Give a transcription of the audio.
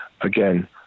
again